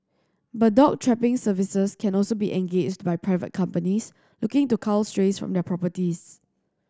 but dog trapping services can also be engaged by private companies looking to cull strays from their properties